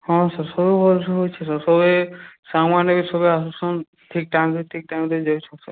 ହଁ ସାର୍ ସବୁ ଭଲ୍ସେ ହୋଉଚି ସାର୍ ସବେ ସାଙ୍ଗମାନେ ସବେ ଆସୁଚନ୍ ଠିକ୍ ଟାଇମ୍ରେ ଠିକ୍ ଟାଇମ୍ରେ ଯାଉଛନ୍